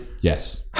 yes